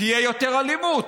תהיה יותר אלימות.